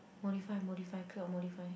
modify modify click on modify